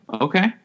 Okay